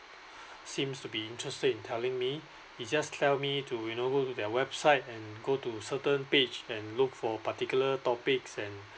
seems to be interested in telling me he just tell me to you know go to their website and go to certain page and look for particular topics and